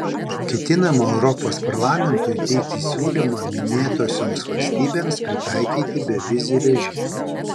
ketinama europos parlamentui teikti siūlymą minėtosioms valstybėms pritaikyti bevizį režimą